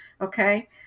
Okay